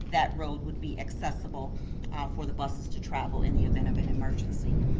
that road would be accessible for the buses to travel in the event of an emergency.